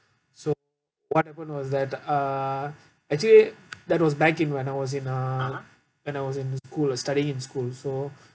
so what happened was that uh actually that was back in when I was in uh when I was in school I was studying in school so